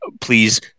please